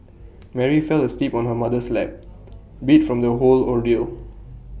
Mary fell asleep on her mother's lap beat from the whole ordeal